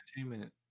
entertainment